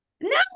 No